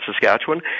Saskatchewan